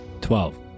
Twelve